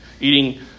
Eating